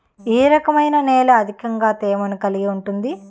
ఏ రకమైన నేల అత్యధిక తేమను కలిగి ఉంటుంది?